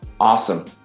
Awesome